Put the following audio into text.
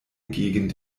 gegen